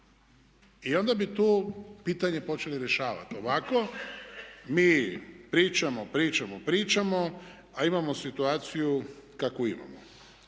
I onda bi to pitanje počeli rješavati. Ovako mi pričamo, pričamo, pričamo a imamo situaciju kakvu imamo.